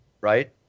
right